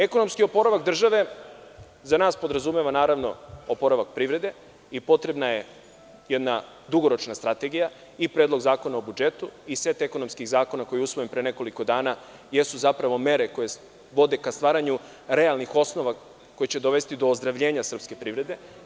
Ekonomski oporavak države za nas podrazumeva oporavak privrede i potrebna je jedna dugoročna strategija i Predlog zakona o budžetu i set ekonomskih zakona koji je usvojen pre nekoliko dana jesu zapravo mere koje vode ka stvaranju realnih osnova koji će dovesti do ozdravljenja srpske privrede.